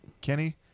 Kenny